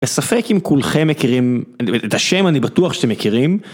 בספק אם כולכם מכירים, את השם אני בטוח שאתם מכירים.